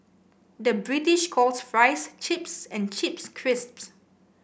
the British calls fries chips and chips crisps